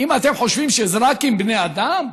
אם אתם חושבים שזה רק עם בני אדם,